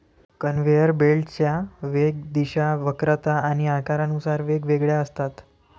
conveyor बेल्टच्या वेग, दिशा, वक्रता आणि आकारानुसार वेगवेगळ्या असतात